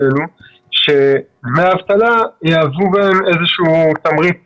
שדמי האבטלה יהוו בהם איזשהו תמריץ